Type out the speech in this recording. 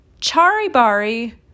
Charibari